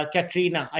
Katrina